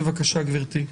בבקשה גברתי.